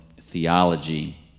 theology